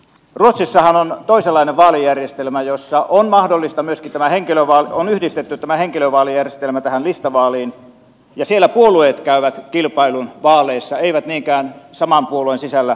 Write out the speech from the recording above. ruotsissahan on toisenlainen vaalijärjestelmä jossa on mahdollista myös tämä henkilövaali on yhdistetty tämä henkilövaalijärjestelmä tähän listavaaliin ja siellä puolueet käyvät kilpailun vaaleissa eivät niinkään saman puolueen sisällä yksilöt